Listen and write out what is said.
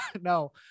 no